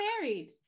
married